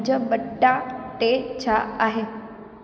पंज ॿटा टे छा आहे